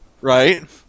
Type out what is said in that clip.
right